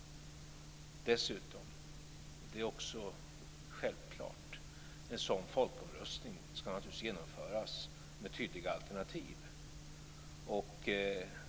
Dessutom, vilket också är självklart, ska naturligtvis en sådan folkomröstning genomföras med tydliga alternativ.